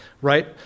Right